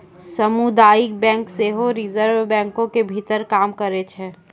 समुदायिक बैंक सेहो रिजर्वे बैंको के भीतर काम करै छै